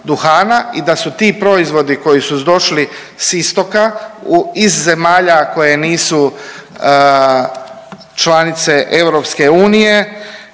i da su ti proizvodi koji su došli s istoka, iz zemalja koje nisu članice EU, gdje to nije